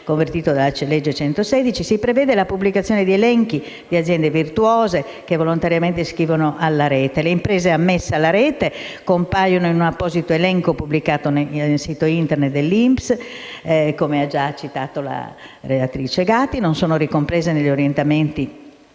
si prevede la pubblicazione di elenchi di aziende virtuose che volontariamente si iscrivono alle Rete. Le imprese ammesse alla Rete compaiono in un apposito elenco pubblicato sul sito Internet dell'INPS - lo ha in precedenza citato la relatrice Gatti - e non sono ricomprese negli orientamenti